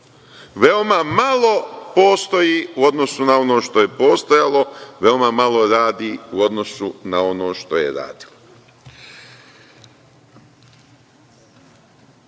Veoma malo postoji u odnosu na ono što je postojalo. Veoma malo radi u odnosu na ono što je radilo. Kada